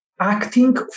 acting